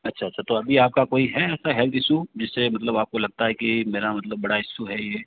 अच्छा अच्छा तो अभी आप का कोई है ऐसा हेल्थ इशू जिससे मतलब आपको लगता है कि मेरा मतलब बड़ा इशू है ये